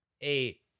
eight